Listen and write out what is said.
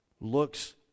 looks